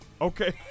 Okay